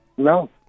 No